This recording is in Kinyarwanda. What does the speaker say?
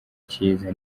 cyiza